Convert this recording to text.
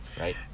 right